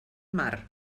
mar